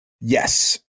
Yes